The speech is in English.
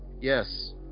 Yes